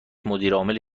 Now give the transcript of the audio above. مدیرعامل